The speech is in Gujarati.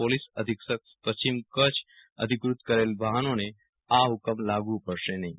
પોલીસ અધિક્ષકશ્રી પશ્ચિમ કચ્છ અધિકૃત કરેલ તેવા વાફનોને આ ફુકમ લાગુ પડશે નફીં